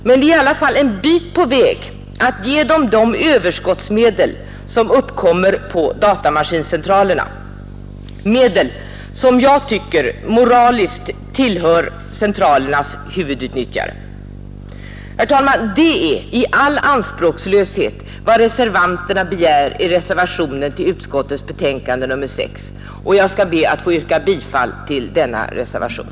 Men vi är i alla fall en bit på väg genom att ge dem de överskottsmedel som uppkommer på datamaskincentralerna — medel som jag tycker moraliskt tillhör centralernas huvudutnyttjare. Fru talman, det är i all anspråkslöshet vad reservanterna begär i reservationen till utskottets betänkande nr 6, och jag skall be att få yrka bifall till denna reservation.